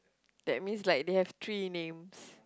that means like they have three names